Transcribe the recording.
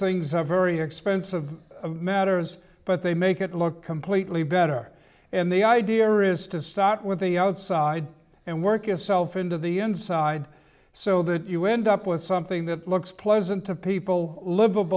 things are very expensive matters but they make it look completely better and the idea is to start with the outside and work itself into the inside so that you end up with something that looks pleasant to people who live